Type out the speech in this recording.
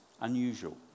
unusual